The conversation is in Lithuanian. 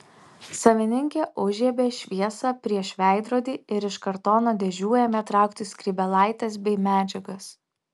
savininkė užžiebė šviesą prieš veidrodį ir iš kartono dėžių ėmė traukti skrybėlaites bei medžiagas